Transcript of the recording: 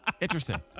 Interesting